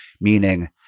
meaning